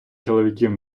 чоловіків